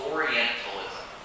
Orientalism